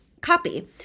copy